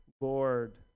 Lord